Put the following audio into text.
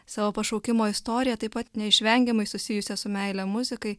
savo pašaukimo istoriją taip pat neišvengiamai susijusią su meile muzikai